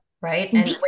right